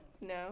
No